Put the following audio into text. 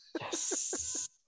Yes